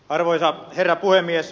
arvoisa herra puhemies